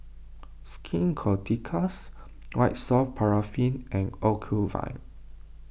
Skin Ceuticals White Soft Paraffin and Ocuvite